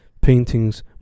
paintings